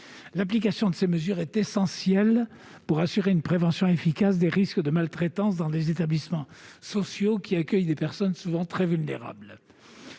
L'application de ces mesures est indispensable pour assurer une prévention efficace des risques de maltraitance dans les établissements sociaux, qui accueillent des personnes souvent très vulnérables.